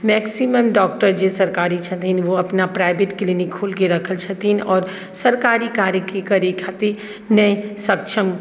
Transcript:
maximum doctor जे सरकारी छथिन वो अपना प्राइभेट क्लिनिक खोलकर रखल छथिन आओर सरकारी कार्यके करय खातिर नहि सक्षम छ